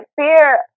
fear